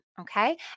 okay